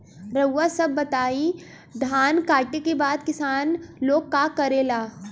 रउआ सभ बताई धान कांटेके बाद किसान लोग का करेला?